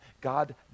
God